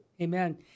Amen